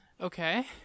Okay